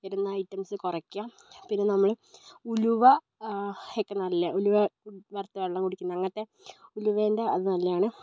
വരുന്ന ഐറ്റംസ് കുറയ്ക്കുക പിന്നെ നമ്മള് ഉലുവ ഒക്കെ നല്ല ഉലുവ വറുത്ത വെള്ളം കുടിക്കുന്നത് അങ്ങനത്തെ ഉലുവേൻ്റെ അത് നല്ലതാണ്